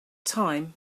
time